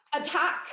attack